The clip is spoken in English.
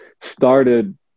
started